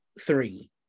three